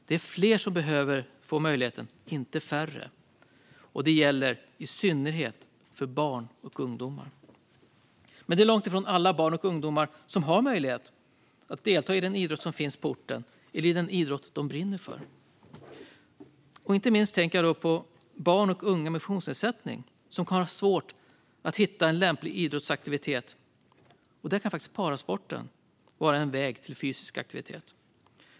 Det är fler som behöver få denna möjlighet, inte färre. Det gäller i synnerhet för barn och ungdomar. Men det är långt ifrån alla barn och ungdomar som har möjlighet att delta i den idrott som finns på orten eller i den idrott som de brinner för. Inte minst tänker jag på barn och unga med funktionsnedsättning, som har svårt att hitta en lämplig idrottsaktivitet. Där kan faktiskt parasporten vara en väg till fysisk aktivitet.